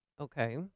Okay